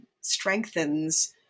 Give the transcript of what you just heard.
strengthens